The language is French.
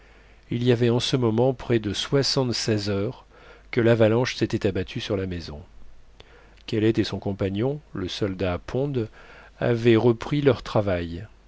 il y avait en ce moment près de soixante-seize heures que l'avalanche s'était abattue sur la maison kellet et son compagnon le soldat pond avaient repris leur travail